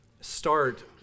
start